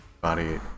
body